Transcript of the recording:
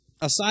Aside